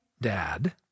Dad